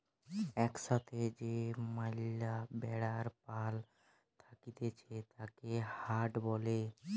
এক সাথে যে ম্যালা ভেড়ার পাল থাকতিছে তাকে হার্ড বলে